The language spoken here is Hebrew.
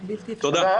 תודה.